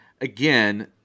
again